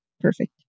Perfect